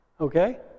Okay